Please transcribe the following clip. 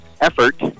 effort